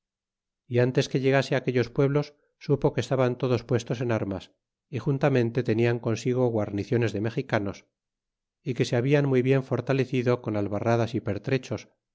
y antes que llegase á aquellos pueblos supo que estaban todos puestos en armas y j mtamente tenian consigo guarniciones de mexicanos é que se hablan muy bien fortalecido con albarradas y pertrechos